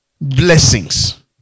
blessings